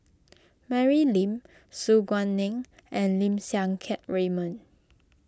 Mary Lim Su Guaning and Lim Siang Keat Raymond